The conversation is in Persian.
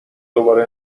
دوباره